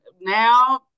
now